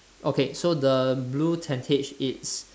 okay so the blue tentage it's